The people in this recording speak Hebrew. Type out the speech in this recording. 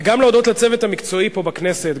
וגם להודות לצוות המקצועי פה בכנסת,